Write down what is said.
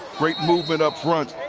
great movement up front.